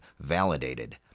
validated